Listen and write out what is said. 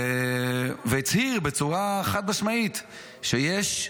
והצהיר בצורה חד-משמעית שיש,